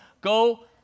go